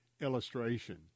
illustration